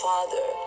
Father